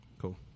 Cool